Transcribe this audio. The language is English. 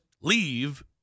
leave